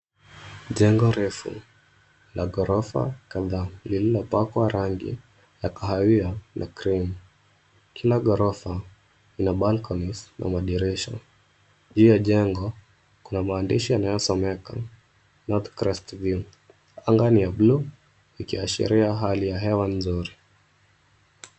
Jengo refu la ghorofa kadhaa lililopakwa rangi ya kahawia na cream . Kila ghorofa ina balconies na madirisha. Juu ya jengo kuna maandishi yanayosomeka NorthCrest View . Anga ni ya bluu, ikiashiria hali ya hewa nzuri.